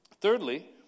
Thirdly